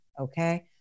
okay